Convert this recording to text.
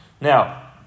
Now